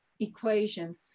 equation